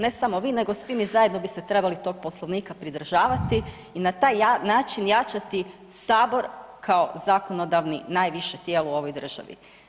Ne samo vi nego svi mi zajedno bi se trebali tog Poslovnika pridržavati i na taj način jačati Sabor kao zakonodavni najviše tijelo u ovoj državi.